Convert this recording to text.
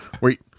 wait